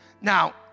Now